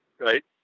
right